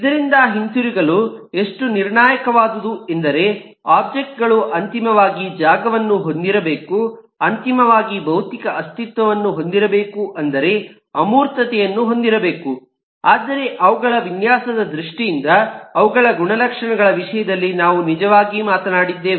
ಇದರಿಂದ ಹಿಂತಿರುಗಲು ಎಷ್ಟು ನಿರ್ಣಾಯಕವಾದುದು ಎಂದರೆ ಒಬ್ಜೆಕ್ಟ್ ಗಳು ಅಂತಿಮವಾಗಿ ಜಾಗವನ್ನು ಹೊಂದಿರಬೇಕು ಅಂತಿಮವಾಗಿ ಭೌತಿಕ ಅಸ್ತಿತ್ವವನ್ನು ಹೊಂದಿರಬೇಕು ಅಂದರೆ ಅಮೂರ್ತತೆಯನ್ನು ಹೊಂದಿರಬೇಕು ಆದರೆ ಅವುಗಳ ವಿನ್ಯಾಸದ ದೃಷ್ಟಿಯಿಂದ ಅವುಗಳ ಗುಣಲಕ್ಷಣಗಳ ವಿಷಯದಲ್ಲಿ ನಾವು ನಿಜವಾಗಿ ಮಾತನಾಡಿದ್ದೇವೆ